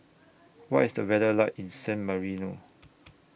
What IS The weather like in San Marino